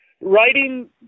Writing